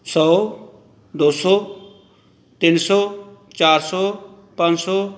ਸੌ ਦੋ ਸੌ ਤਿੰਨ ਸੌ ਚਾਰ ਸੌ ਪੰਜ ਸੌ